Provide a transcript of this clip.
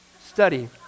study